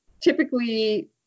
typically